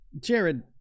Jared